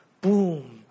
Boom